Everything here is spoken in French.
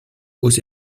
aux